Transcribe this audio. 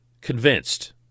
convinced